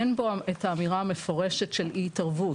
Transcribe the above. אין פה את האמירה המפורשת של אי-התערבות.